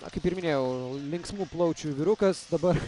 na kaip ir minėjau linksmų plaučių vyrukas dabar